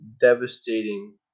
devastating